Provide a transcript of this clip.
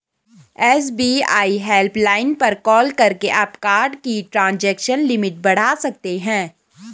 SBI helpline पर call करके आप कार्ड की ट्रांजैक्शन लिमिट बढ़ा सकते हैं